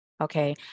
Okay